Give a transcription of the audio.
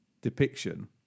depiction